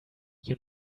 you